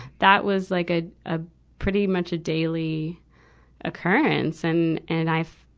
that was like ah a pretty much a daily occurrence. and, and i fe,